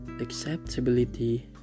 acceptability